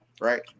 Right